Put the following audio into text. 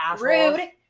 Rude